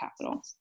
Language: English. Capital